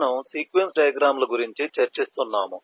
మనము sequence diagram ల గురించి చర్చిస్తున్నాము